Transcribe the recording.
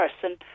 person